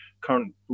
current